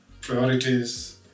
priorities